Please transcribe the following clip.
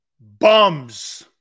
Bums